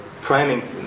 priming